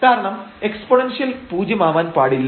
കാരണം എക്സ്പോണേന്ഷ്യൽ പൂജ്യമാവാൻ പാടില്ല